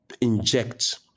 inject